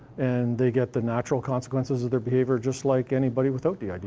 and they get the natural consequences of their behavior just like anybody without did.